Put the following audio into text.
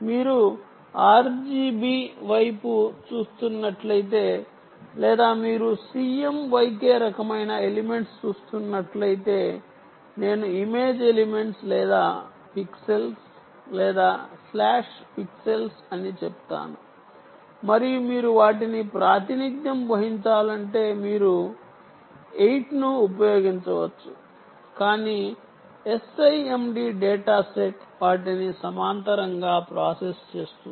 మీరు RGB వైపు చూస్తున్నట్లయితే లేదా మీరు CMYK రకమైన ఎలిమెంట్స్ చూస్తున్నట్లయితే నేను ఇమేజ్ ఎలిమెంట్స్ లేదా పిక్సెల్స్ లేదా స్లాష్ పిక్సెల్స్ అని చెప్తాను మరియు మీరు వాటిని ప్రాతినిధ్యం వహించాలంటే మీరు 8 ను ఉపయోగించవచ్చు కానీ SIMD డేటాసెట్ వాటిని సమాంతరంగా ప్రాసెస్ చేస్తుంది